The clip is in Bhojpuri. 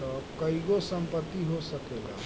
तअ कईगो संपत्ति हो सकेला